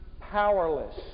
powerless